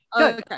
Okay